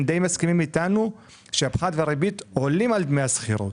ואתם די מסכימים איתנו על כך שהפחת והריבית עולים על דמי השכירות.